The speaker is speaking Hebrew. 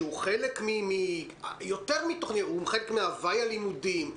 שהוא חלק מהווי הלימודים,